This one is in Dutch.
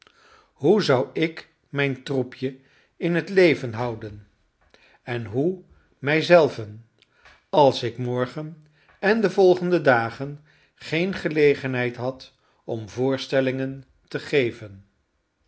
hoe zou ik mijn troepje in het leven houden en hoe mij zelven als ik morgen en de volgende dagen geen gelegenheid had om voorstellingen te geven